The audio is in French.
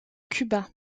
cuba